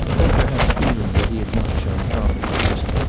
then, perhaps feeling that he had not shown proper interest,